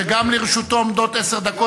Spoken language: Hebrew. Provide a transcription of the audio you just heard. שגם לרשותו עומדות עשר דקות.